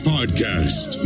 Podcast